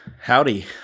Howdy